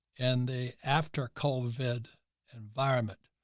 and the after covid environment,